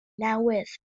newydd